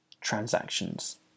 transactions